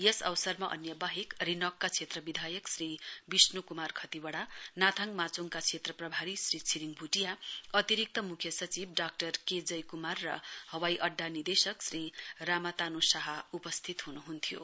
यस अवसरमा अन्य बाहेक रिनकका क्षेत्र विधायक श्री विष्ण् क्मार खतिवडा नाथाङ माचोङ क्षेत्रका प्रभारी छिरिङ भुटिया अतिरिक्त मुख्य सचिव डाक्टर के जयकुमार र हवाईअङ्डा निर्देशक श्री रामातानु साह उपस्थित हनुहन्थ्यो